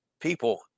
people